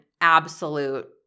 absolute